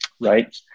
right